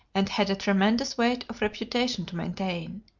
and had a tremendous weight of reputation to maintain.